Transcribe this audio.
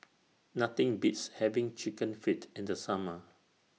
Nothing Beats having Chicken Feet in The Summer